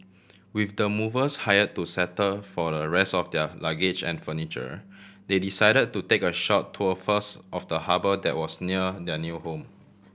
with the movers hire to settle for the rest of their luggage and furniture they decide to take a short tour first of the harbour that was near their new home